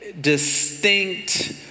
distinct